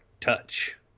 touch